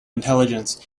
intelligence